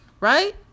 Right